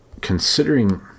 considering